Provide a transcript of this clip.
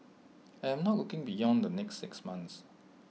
I am not looking beyond the next six months